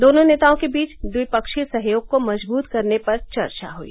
दोनों नेताओं के बीच द्विपक्षीय सहयोग को मजबूत करने पर चर्चा हुई